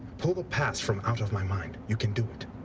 pull the past from out of my mind. you can do it.